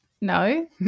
no